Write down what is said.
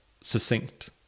succinct